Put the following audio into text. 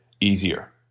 easier